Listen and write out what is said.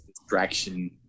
distraction